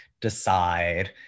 decide